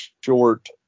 short